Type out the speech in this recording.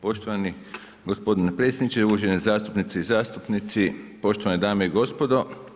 Poštovani gospodine predsjedniče, uvažene zastupnice i zastupnici, poštovane dame i gospodo.